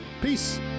Peace